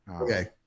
Okay